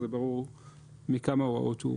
זה ברור מכמה הוראות.